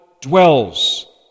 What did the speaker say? dwells